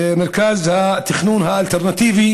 מרכז התכנון האלטרנטיבי